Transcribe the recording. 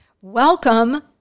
Welcome